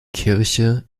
kirche